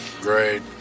great